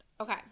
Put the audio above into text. Okay